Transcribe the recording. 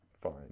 fine